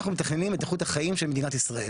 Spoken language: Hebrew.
אנחנו מתכננים את איכות החיים של מדינת ישראל,